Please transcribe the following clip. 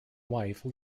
wife